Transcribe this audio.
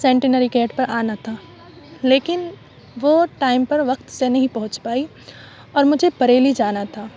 centenary gate پہ آنا تھا لیکن وہ ٹائم پر وقت سے نہیں پہنچ پائی اور مجھے بریلی جانا تھا